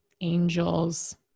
angels